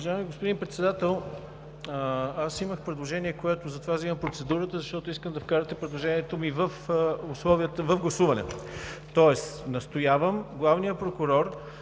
Уважаеми господин Председател! Аз имах предложение, затова взимам процедурата, защото искам да вкарате предложението ми в гласуването. Тоест настоявам главният прокурор